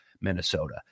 Minnesota